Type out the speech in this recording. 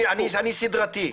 אני סדרתי.